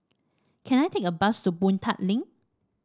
can I take a bus to Boon Tat Link